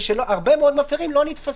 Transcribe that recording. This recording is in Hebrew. ושהרבה מאוד מפירים לא נתפסים.